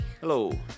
Hello